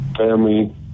family